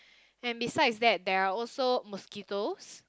and besides that there are also mosquitoes